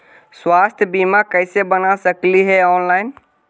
स्वास्थ्य बीमा कैसे बना सकली हे ऑनलाइन?